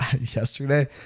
Yesterday